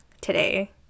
today